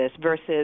versus